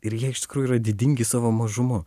ir jie iš tikrųjų yra didingi savo mažumu